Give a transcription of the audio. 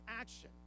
action